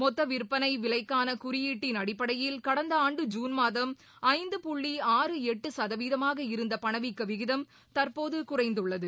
மொத்த விற்பனை விலைக்கான குறியீட்டின் அடிப்படையில் கடந்த ஆண்டு ஜூன் மாதம் ஐந்து புள்ளி ஆறு எட்டு சதவீதமாக இருந்த பணவீக்க விகிதம் தற்போது குறைந்துள்ளது